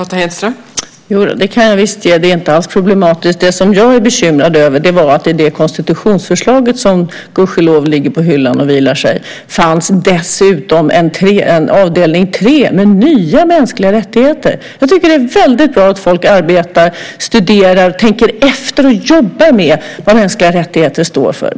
Fru talman! Jo, det kan jag visst ge; det är inte alls problematiskt. Det som jag är bekymrad över är att det i det konstitutionsförslag som gudskelov ligger på hyllan och vilar sig dessutom fanns en avdelning 3 med nya mänskliga rättigheter. Jag tycker att det är väldigt bra att folk arbetar och studerar och tänker efter och jobbar med vad mänskliga rättigheter står för.